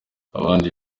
abandi